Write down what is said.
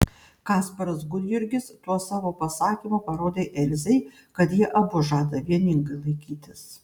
kasparas gudjurgis tuo savo pasakymu parodė elzei kad jie abu žada vieningai laikytis